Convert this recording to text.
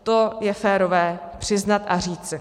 To je férové přiznat a říci.